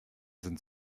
sind